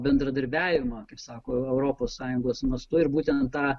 bendradarbiavimą kaip sako europos sąjungos mastu ir būtent tą